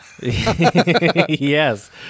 yes